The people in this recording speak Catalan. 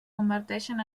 converteixen